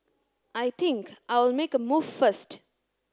I think I'll make a move first